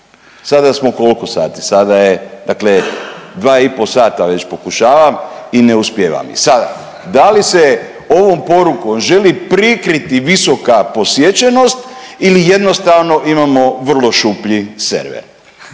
sada smo koliko sati? Sada je, dakle 2 i pol sata već pokušavam i ne uspijevam. I sada, da li se ovom porukom želi prikriti visoka posjećenost ili jednostavno imamo vrlo šuplji server?